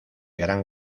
gran